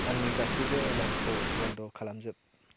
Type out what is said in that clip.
आंनि गासैबो एलार्मखौ बन्द' खालामजोब